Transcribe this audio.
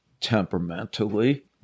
temperamentally